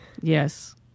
Yes